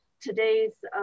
today's